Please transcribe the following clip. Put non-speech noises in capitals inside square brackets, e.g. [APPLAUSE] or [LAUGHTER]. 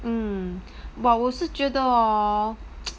um but 我是觉得 hor [NOISE]